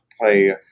play